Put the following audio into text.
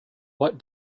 what